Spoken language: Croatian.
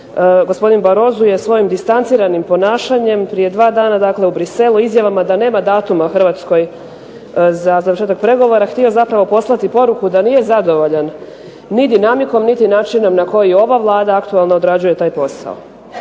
gospodin Barrosso je svojim distanciranim ponašanjem prije dva dana u Bruxellesu izjavama da nema datuma Hrvatskoj za početak pregovora htio zapravo poslati poruku da nije zadovoljan ni dinamikom niti način na koji ova Vlada aktualna odrađuje taj posao.